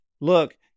Look